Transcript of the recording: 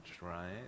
right